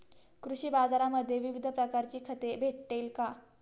कृषी बाजारांमध्ये विविध प्रकारची खते भेटेल का?